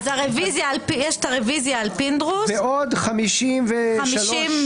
יש את הרוויזיה על פינדרוס, ועוד 50 רוויזיות.